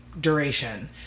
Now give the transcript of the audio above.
duration